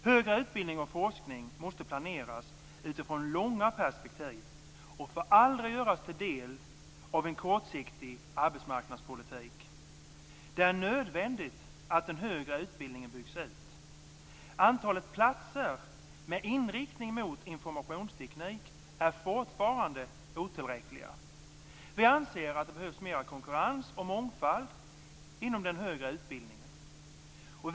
Högre utbildning och forskning måste planeras utifrån långa perspektiv och får aldrig göras till en del av en kortsiktig arbetsmarknadspolitik. Det är nödvändigt att den högre utbildningen byggs ut. Antalet platser med inriktning mot informationsteknik är fortfarande otillräckliga. Vi anser att det behövs mer konkurrens och mångfald inom den högre utbildningen.